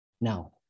Now